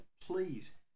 please